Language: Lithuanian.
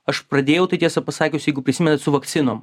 aš pradėjau tai tiesą pasakius jeigu prisimenat su vakcinom